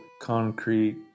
concrete